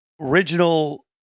original